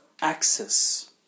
access